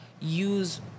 use